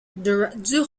durand